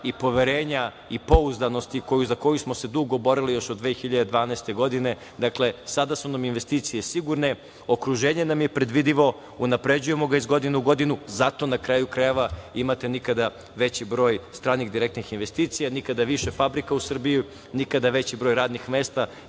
i poverenja i pouzdanosti za koju smo se dugo borili još od 2012. godine. Dakle, sada su nam investicije sigurne, okruženje nam je predvidivo, unapređujemo ga iz godine u godinu, zato na kraju krajeva imate nikada veći broj stranih direktnih investicija, nikada više fabrika u Srbiji, nikada veći broj radnih mesta